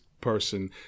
person